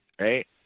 right